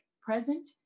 present